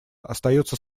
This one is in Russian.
остается